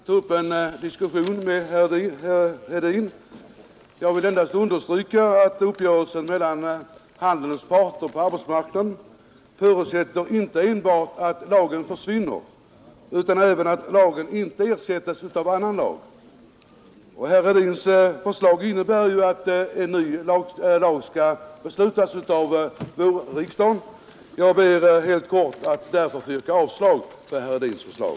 Herr talman! Jag skall inte ta upp en diskussion med herr Hedin utan endast understryka att uppgörelsen mellan arbetsmarknadsparterna på handelns område förutsätter inte enbart att lagen försvinner utan även att lagen inte ersätts av annan lag. Herr Hedins förslag innebär ju att en ny lag skall beslutas av vårriksdagen. Jag ber helt kort att därför få yrka avslag på herr Hedins förslag.